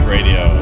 Radio